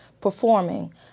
performing